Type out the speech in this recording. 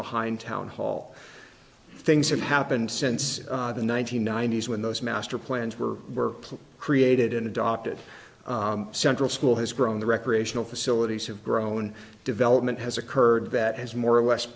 behind town hall things have happened since the one nine hundred ninety s when those master plans were created and adopted central school has grown the recreational facilities have grown development has occurred that has more or less